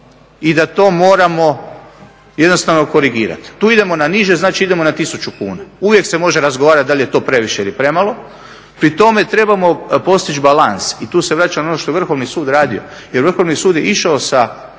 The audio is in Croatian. i da to moramo jednostavno korigirati. Tu idemo na niže, znači idemo na 1000 kuna. Uvijek se može razgovarat da li je to previše ili premalo. Pri tome trebamo postići balans i tu se vraćam ono što je Vrhovni sud radio jer Vrhovni sud je išao sa